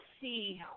see